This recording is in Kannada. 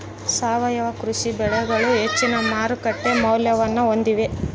ಸಾವಯವ ಕೃಷಿ ಬೆಳೆಗಳು ಹೆಚ್ಚಿನ ಮಾರುಕಟ್ಟೆ ಮೌಲ್ಯವನ್ನ ಹೊಂದಿವೆ